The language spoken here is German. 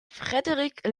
frederick